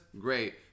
great